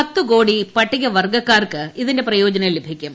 പത്ത് കോടി പട്ടികവർഗ്ഗക്കാർക്ക് ഇതിന്റെ പ്രയോജനം ലഭിക്കും